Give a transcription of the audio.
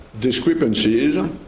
discrepancies